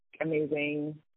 amazing